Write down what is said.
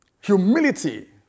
Humility